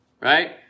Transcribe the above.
right